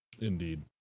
Indeed